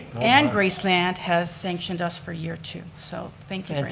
and graceland has sanctioned us for year two, so thank